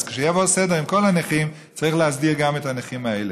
אז כשיבוא הסדר עם כל הנכים צריך להסדיר גם את הנכים האלה.